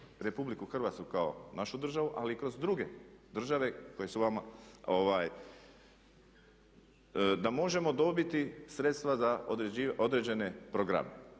Republiku Hrvatsku kao našu državu ali i kroz druge države koje su vama, da možemo dobiti sredstva za određene programe